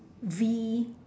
V